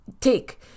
take